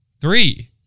Three